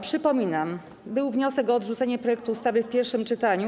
Przypominam, że był wniosek o odrzucenie projektu ustawy w pierwszym czytaniu.